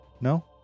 No